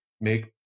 make